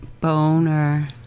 Boner